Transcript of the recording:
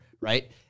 right